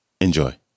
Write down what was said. Enjoy